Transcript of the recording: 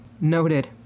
Noted